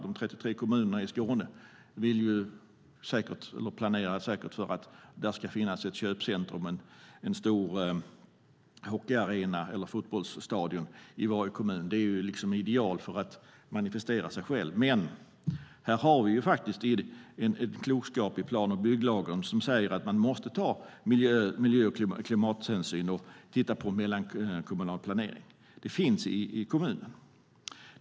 De 33 kommunerna i Skåne planerar säkert för att där ska finnas ett köpcentrum, en stor hockeyarena eller ett fotbollsstadion i varje kommun. Det är ju ett ideal för att manifestera sig själv. Men här finns en klokskap i plan och bygglagen som säger att man måste ta miljö och klimathänsyn och titta på mellankommunal planering. Detta finns i kommunerna.